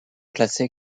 classé